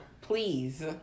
please